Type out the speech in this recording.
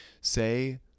Say